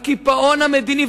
הקיפאון המדיני,